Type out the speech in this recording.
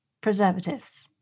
preservatives